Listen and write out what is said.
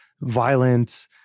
violent